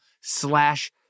slash